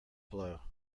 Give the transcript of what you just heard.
blow